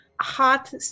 hot